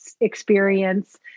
experience